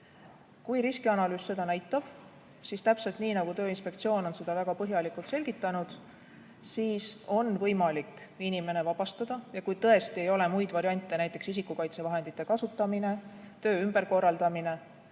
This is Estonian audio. Kui riskianalüüs seda näitab, siis täpselt nii, nagu Tööinspektsioon on seda väga põhjalikult selgitanud, on võimalik inimene vabastada, kui tõesti ei ole muid variante, näiteks isikukaitsevahendite kasutamine või töö ümberkorraldamine.